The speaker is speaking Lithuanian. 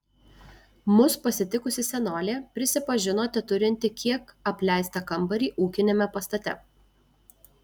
mus pasitikusi senolė prisipažino teturinti kiek apleistą kambarį ūkiniame pastate